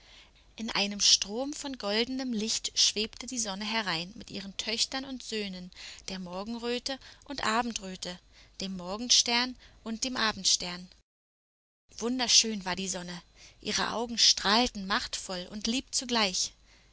in einem strom von goldenem licht schwebte die sonne herein mit ihren töchtern und söhnen der morgenröte und abendröte dem morgenstern und dem abendstern wunderschön war die sonne ihre augen strahlten machtvoll und lieb zugleich